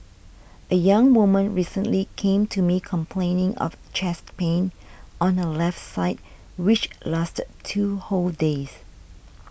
a young woman recently came to me complaining of chest pain on her left side which lasted two whole days